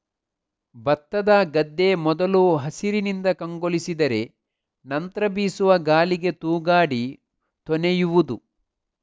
ಭತ್ತದ ಗದ್ದೆ ಮೊದಲು ಹಸಿರಿನಿಂದ ಕಂಗೊಳಿಸಿದರೆ ನಂತ್ರ ಬೀಸುವ ಗಾಳಿಗೆ ತೂಗಾಡಿ ತೊನೆಯುವುದು